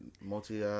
multi